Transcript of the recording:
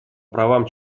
правам